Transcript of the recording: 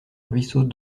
ruisseau